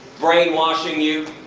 brainwashing you.